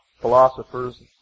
philosophers